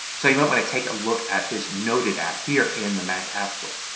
so you might want to take a look at this noted app here in the mac app store.